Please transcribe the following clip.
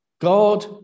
God